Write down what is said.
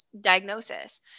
diagnosis